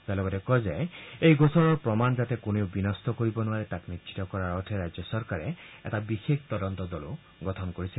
তেওঁ লগতে কয় যে এই গোচৰৰ প্ৰমাণ যাতে কোনেও বিনষ্ট কৰিব নোৱাৰে তাক নিশ্চিত কৰাৰ অৰ্থে ৰাজ্য চৰকাৰে এটা বিশেষ তদন্ত দলো গঠন কৰিছে